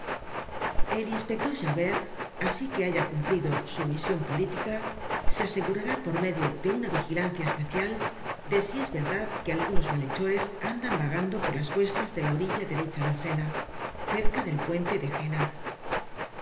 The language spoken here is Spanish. el inspector javert asi que haya cumplido su mision política se asegurará por medio de una vigilancia especial de si es verdad que algunos malhechores andan vagando por las cuestas de la orilla dere cha del sena cerca del puente de jena